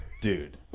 dude